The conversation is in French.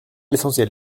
l’essentiel